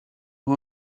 who